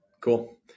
Cool